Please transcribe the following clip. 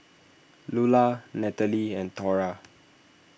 Lulla Natalee and Thora